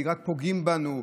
רק פוגעים בנו,